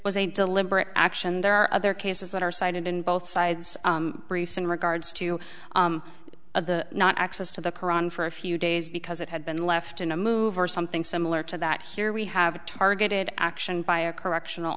was a deliberate action and there are other cases that are cited in both sides briefs in regards to the not access to the qur'an for a few days because it had been left in a move or something similar to that here we have a targeted action by a correctional